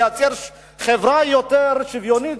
לייצר חברה יותר שוויונית,